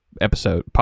episode